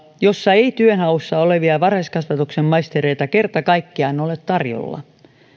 jossa ei työnhaussa olevia varhaiskasvatuksen maistereita kerta kaikkiaan ole tarjolla